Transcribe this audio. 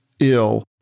ill